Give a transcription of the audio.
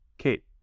Kate